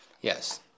Yes